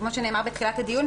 כמו שנאמר בתחילת הדיון,